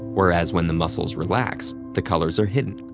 whereas when the muscles relax the colors are hidden.